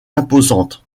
imposante